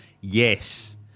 Yes